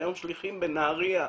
היום שליחים בנהריה.